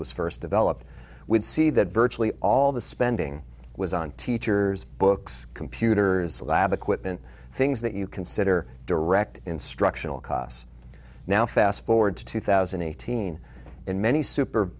was first developed would see that virtually all the spending was on teachers books computers lab equipment things that you consider direct instructional costs now fast forward to two thousand and eighteen in many super